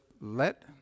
let